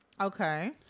Okay